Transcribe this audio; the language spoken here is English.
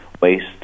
waste